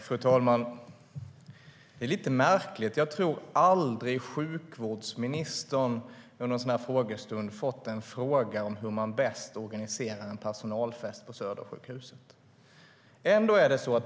Fru talman! Det är lite märkligt. Jag tror aldrig att sjukvårdsministern under en sådan här frågestund har fått en fråga om hur man bäst organiserar en personalfest på Södersjukhuset.